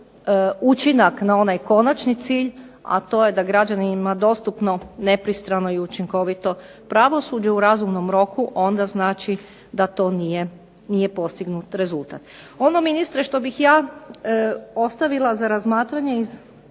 učinak na onaj konačni cilj, a to je da građanin ima dostupno nepristrano i učinkovito pravosuđe u razumnom roku, onda znači da to nije postignut rezultat. Ono ministre što bih ja ostavila za razmatranje iz